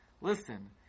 listen